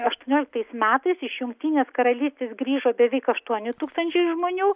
aštuonioliktais metais iš jungtinės karalystės grįžo beveik aštuoni tūkstančiai žmonių